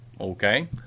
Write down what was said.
Okay